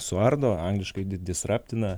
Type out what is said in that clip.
suardo angliškai didisraptina